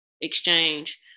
exchange